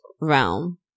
realm